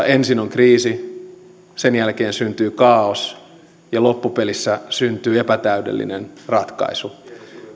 ensin on kriisi sen jälkeen syntyy kaaos ja loppupelissä syntyy epätäydellinen ratkaisu